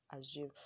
assume